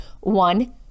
one